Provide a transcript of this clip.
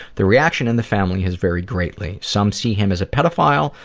the reaction in the family has varied greatly. some see him as a pedophile,